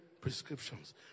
prescriptions